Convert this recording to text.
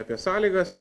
apie sąlygas